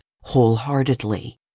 wholeheartedly